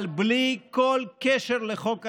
אבל בלי כל קשר לחוק ההסדרים,